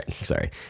Sorry